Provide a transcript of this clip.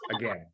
again